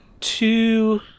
two